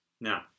Now